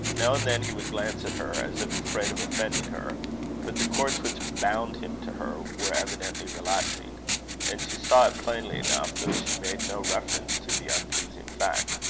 now and then he would glance at her, as if afraid of offending her but the cords which bound him to her were evidently relaxing and she saw it plainly enough, though she made no reference to the unpleasing fact.